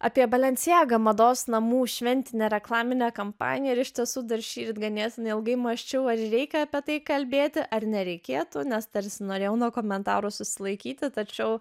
apie balencijaga mados namų šventinę reklaminę kampaniją ir iš tiesų dar šįryt ganėtinai ilgai mąsčiau ar reikia apie tai kalbėti ar nereikėtų nes tarsi norėjau nuo komentaro susilaikyti tačiau